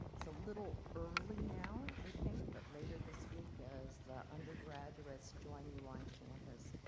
it's a little early now i think, but later this week as the undergraduates join you on campus,